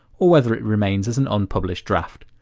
or whether it remains as an unpublished draft.